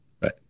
Right